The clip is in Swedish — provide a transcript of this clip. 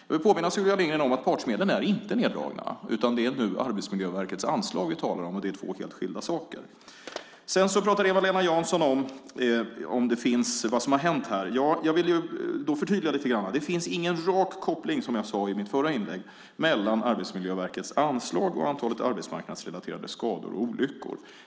Jag vill påminna Sylvia Lindgren om att man inte har dragit ned partsmedlen, utan det är Arbetsmiljöverkets anslag som vi talar om, och det är två helt skilda saker. Sedan talade Eva-Lena Jansson om vad som har hänt här. Jag vill förtydliga lite grann. Det finns ingen rak koppling, som jag sade i mitt förra inlägg, mellan Arbetsmiljöverkets anslag och antalet arbetsmarknadsrelaterade skador och olyckor.